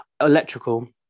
electrical